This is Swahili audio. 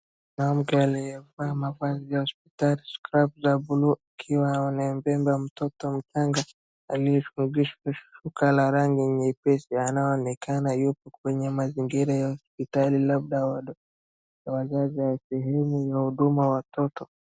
Mwanamke aliyevalia mavazi ya hospitali, scrubs za blue , akiwa amembeba mtoto mchanga aliyefungishwa shuka la rangi nyepesi. Anaonekana yupo kwenye mazingira ya hospitali, labda wodi ya wazazi au sehemu ya huduma wa watoto.